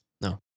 No